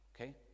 Okay